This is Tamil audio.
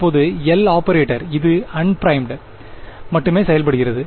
இப்போது L ஆபரேட்டர் இது அன்பிரைமுடு மட்டுமே செயல்படுகிறது